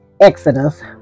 Exodus